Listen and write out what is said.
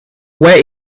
where